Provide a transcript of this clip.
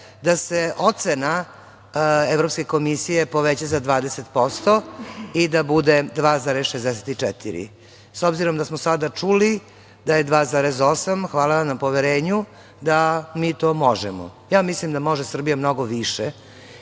da se ocena Evropske komisije poveća za 20% i da bude 2,64, s obzirom da smo sada čuli da je 2,8, hvala vam na poverenju da mi to možemo. Mislim da može Srbija mnogo više